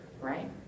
right